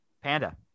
Panda